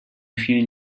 vielen